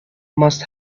must